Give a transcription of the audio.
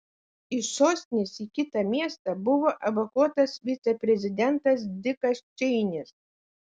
iš sostinės į kitą miestą buvo evakuotas viceprezidentas dikas čeinis